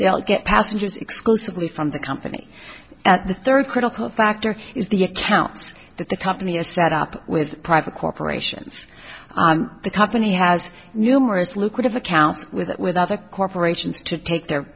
they'll get passengers exclusively from the company and the third critical factor is the accounts that the company has set up with private corporations the company has numerous lucrative accounts with it with other corporations to take their